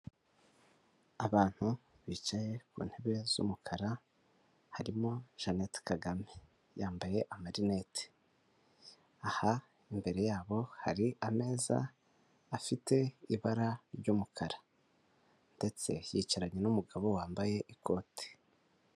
Abantu bicaye ku ntebe z'umukara, harimo Jeannette Kagame. Yambaye amarinete. Aha imbere yabo hari ameza afite ibara ry'umukara. Ndetse yicaranye n'umugabo wambaye ikote.